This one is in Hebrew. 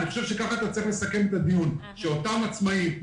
אותם עצמאים,